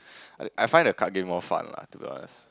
uh I find the card game more fun lah to be honest